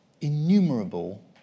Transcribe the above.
innumerable